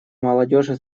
молодежи